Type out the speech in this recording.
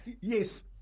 yes